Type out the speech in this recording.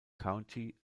county